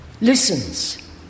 Listens